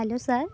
hello sir